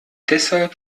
deshalb